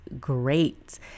great